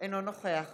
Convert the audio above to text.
אינו נוכח